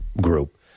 group